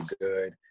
good